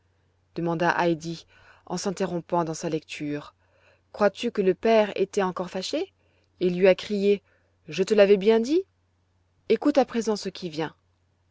demanda heidi en s'interrompant dans sa lecture crois-tu que le père était encore fâché et lui a crié je te l'avais bien dit ecoute à présent ce qui vient